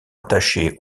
attaché